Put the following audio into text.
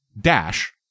dash